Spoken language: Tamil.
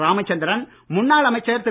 ராமச்சந்திரன் முன்னாள் அமைச்சர் திரு